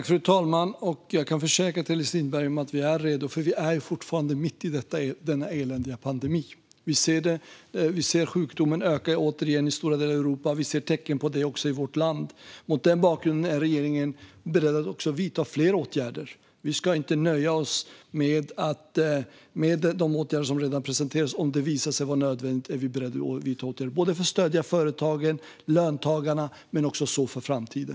Fru talman! Jag kan försäkra Teres Lindberg att vi är redo. Vi är fortfarande mitt i denna eländiga pandemi. Vi ser att sjukdomen återigen ökar i stora delar av Europa. Vi ser tecken på det också i vårt land. Mot den bakgrunden är regeringen beredd att vidta fler åtgärder. Vi ska inte nöja oss med de åtgärder som redan har presenterats. Om det visar sig vara nödvändigt är vi beredda att vidta åtgärder, både för att stödja företagen och löntagarna och för att så för framtiden.